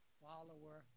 follower